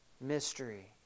mystery